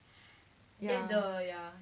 ya